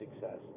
success